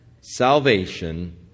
Salvation